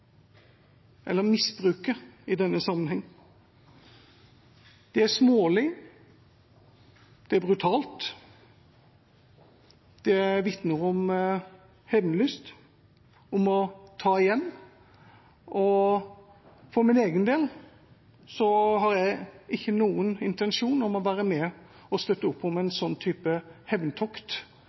eller misbruke – i denne sammenheng. Det er smålig, det er brutalt, det vitner om hevnlyst og om å ta igjen, og for min del har jeg ikke noen intensjon om å være med på å støtte opp om en slik type hevntokt